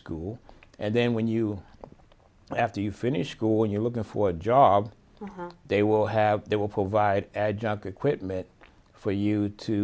school and then when you after you finish school when you're looking for a job they will have they will provide equipment for you to